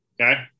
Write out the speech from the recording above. Okay